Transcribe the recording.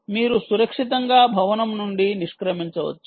మీరు సురక్షితంగా భవనం నుండి నిష్క్రమించవచ్చు